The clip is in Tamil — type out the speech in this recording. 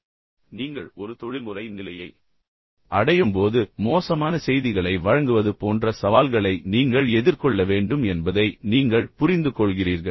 ஆனால் நீங்கள் ஒரு தொழில்முறை நிலையை அடையும்போது மோசமான செய்திகளை வழங்குவது போன்ற சவால்களை நீங்கள் எதிர்கொள்ள வேண்டும் என்பதை நீங்கள் புரிந்துகொள்கிறீர்கள்